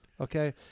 okay